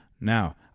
Now